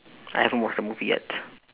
I haven't watch the movie yet